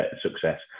success